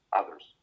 others